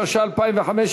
התשע"ה 2015,